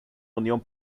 unión